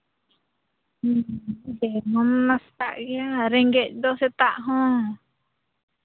ᱦᱮᱸ ᱛᱮᱦᱮᱧ ᱢᱟ ᱥᱮᱛᱟᱜ ᱜᱮᱭᱟ ᱨᱮᱸᱜᱮᱡ ᱫᱚ ᱥᱮᱛᱟᱜ ᱦᱚᱸ